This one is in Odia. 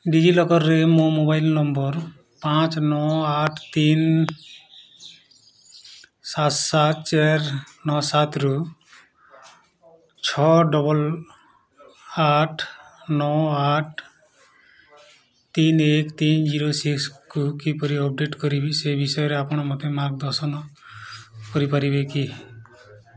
ଡିଜିଲକର୍ରେ ମୋ ମୋବାଇଲ୍ ନମ୍ବର୍ ପାଞ୍ଚ ନଅ ଆଠ ନଅ ତିନ ସାତ ସାତ ଚାର ନଅ ସାତରୁ ଛଅ ଡବଲ୍ ଆଠ ନଅ ଆଠ ତିନ ଏକ ତିନ ଜିରୋ ସିକ୍ସକୁ କିପରି ଅପଡ଼େଟ୍ କରିବି ସେ ବିଷୟରେ ଆପଣ ମୋତେ ମାର୍ଗଦର୍ଶନ କରିପାରିବେ କି